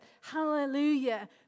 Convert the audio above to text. hallelujah